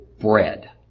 bread